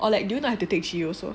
or like do not have to take G_E also